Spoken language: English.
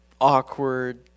awkward